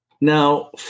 Now